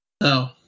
No